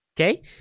okay